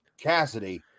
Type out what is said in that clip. Cassidy